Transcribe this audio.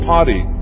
Party